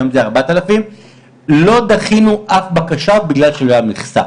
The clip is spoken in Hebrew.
היום זה 4,000. לא דחינו אף בקשה בגלל שלא הייתה מכסה,